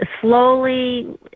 slowly